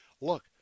look